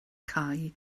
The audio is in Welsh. cau